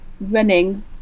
running